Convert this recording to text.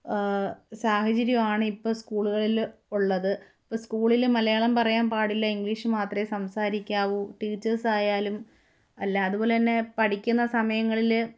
ആ സാഹചര്യമാണ് ഇപ്പോള് സ്കൂളുകളില് ഉള്ളത് ഇപ്പോള് സ്കൂളില് മലയാളം പറയാൻ പാടില്ല ഇംഗ്ലീഷ് മാത്രമേ സംസാരിക്കാവൂ ടീച്ചേഴ്സ് ആയാലും അല്ല അതുപോലെതന്നെ പഠിക്കുന്ന സമയങ്ങളില്